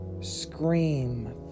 Scream